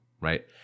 right